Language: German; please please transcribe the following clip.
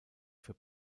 für